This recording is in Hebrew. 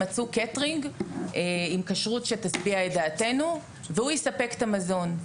הם מצאו קייטרינג עם כשרות שתשביע את דעתנו והוא יספק את המזון.